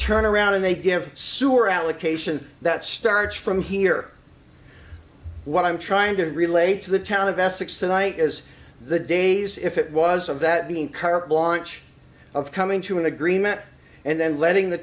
turn around and they give sewer allocation that starts from here what i'm trying to relate to the town of essex tonight is the days if it was of that being current launch of coming to an agreement and then letting the